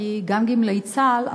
אני גם גמלאית צה"ל,